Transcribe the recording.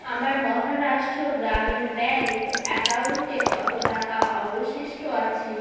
আমার মহারাষ্ট্র গ্রামীণ ব্যাঙ্ক অ্যাকাউন্টে কত টাকা অবশিষ্ট আছে